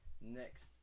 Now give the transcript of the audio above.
next